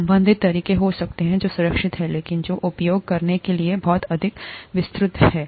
संबंधित तरीके हो सकते हैं जो सुरक्षित हैं लेकिन जो उपयोग करने के लिए बहुत अधिक विस्तृत हैं